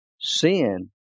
sin